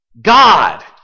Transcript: God